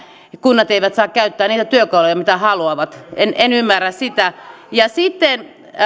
kunnat eivät saa käyttää niitä työkaluja mitä haluavat en en ymmärrä sitä